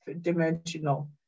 dimensional